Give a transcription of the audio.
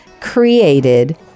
Created